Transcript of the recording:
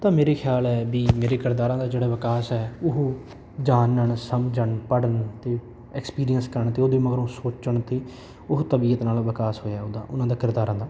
ਤਾਂ ਮੇਰਾ ਖਿਆਲ ਹੈ ਵੀ ਮੇਰੇ ਕਿਰਦਾਰਾਂ ਦਾ ਜਿਹੜਾ ਵਿਕਾਸ ਹੈ ਉਹ ਜਾਣਨ ਸਮਝਣ ਪੜ੍ਹਨ ਅਤੇ ਐਕਸਪੀਰੀਅਸ ਕਰਨ ਅਤੇ ਉਹਦੇ ਮਗਰੋਂ ਸੋਚਣ 'ਤੇ ਉਹ ਤਬੀਅਤ ਨਾਲ ਵਿਕਾਸ ਹੋਇਆ ਉਹਦਾ ਉਹਨਾਂ ਦਾ ਕਿਰਦਾਰਾਂ ਦਾ